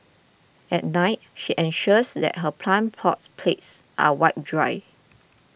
at night she ensures that her plant pot plates are wiped dry